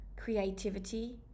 creativity